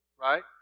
right